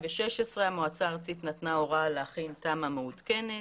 בשנת 2016 המועצה הארצית נתנה הוראה להכין תמ"א מעודכנת,